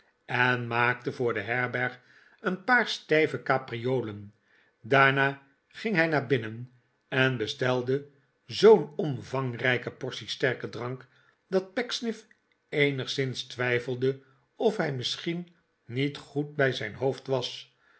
en maakte voor de herberg een paar stijve capriolen daarna ging hij naar binnen en bestelde zoo'n omvangrijke portie sterken drank dat pecksniff eenigszins twijfelde of hij misschien niet goed bij het hoofd was